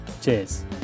Cheers